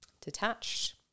detached